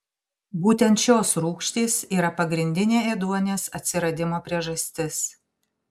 būtent šios rūgštys yra pagrindinė ėduonies atsiradimo priežastis